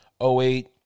08